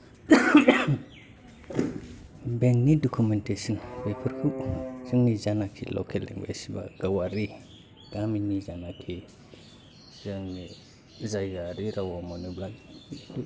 बेंकनि दकुमेन्टेस'न बेफोरखौ जोंनि जानोखि लकेल लेंगुवेज बा गावारि गामिनि जानोखि जोंनि जायगायारि रावआव मोनोब्ला खोब